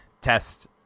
test